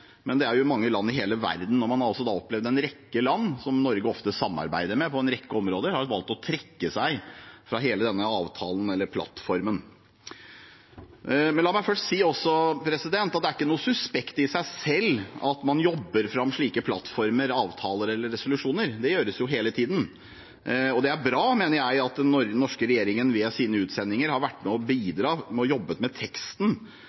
men i mange land i hele verden. Man har altså opplevd at en rekke land som Norge ofte samarbeider med på en rekke områder, har valgt å trekke seg fra hele denne avtalen, eller plattformen. La meg også si at det er ikke noe suspekt i seg selv at man jobber fram slike plattformer, avtaler eller resolusjoner. Det gjøres jo hele tiden, og jeg mener det er bra at den norske regjeringen – ved sine utsendinger – har vært med på å bidra ved å jobbe med teksten